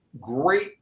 great